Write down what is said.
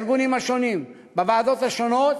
של הארגונים השונים בוועדות השונות,